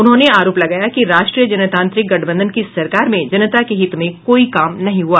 उन्होंने आरोप लगाया कि राष्ट्रीय जनतांत्रिक गठबंधन की सरकार में जनता के हित में कोई काम नहीं हुआ